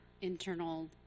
internal